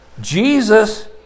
Jesus